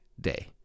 day